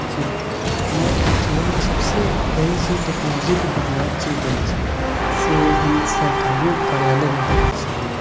जी हमर जीवन मे सबसे पैग टेक्नोलॉजीके बदलाव जे भेल छै से हम सरकारी कार्यालय मे देखै छलियै